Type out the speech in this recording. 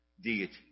deity